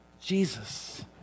Jesus